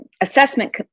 assessment